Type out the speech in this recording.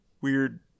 weird